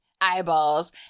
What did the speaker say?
eyeballs